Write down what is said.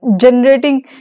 generating